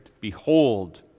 Behold